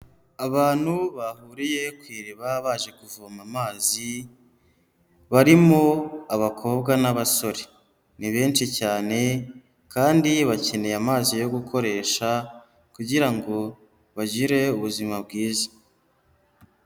Abantu bahuriye ku iriba baje kuvoma amazi barimo abakobwa n'abasore ni benshi cyane kandi bakeneye amazi yo gukoresha kugira ngo bagire ubuzima bwiza.